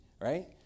right